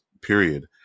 period